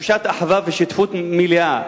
תחושת אחווה ושותפות מלאה